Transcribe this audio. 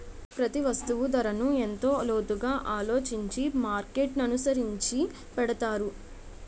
ప్రతి వస్తువు ధరను ఎంతో లోతుగా ఆలోచించి మార్కెట్ననుసరించి పెడతారు